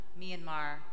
Myanmar